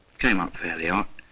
came up fairly ah